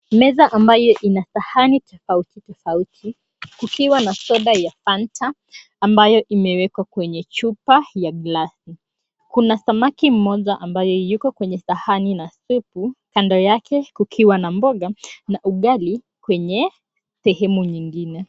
Meza mabayo ina sahani tofauti tofauti kukiwa na soda ya Fanta ambayo imewekwa kwenye chupa ya glesi. Kuna samaki mmoja ambaye yuko kwenye sahani na supu, kando yake kukiwa na mboga na ugali kwenye sehemu nyingine.